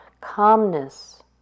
calmness